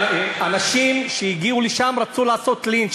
אנשים שהגיעו לשם רצו לעשות לינץ',